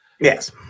Yes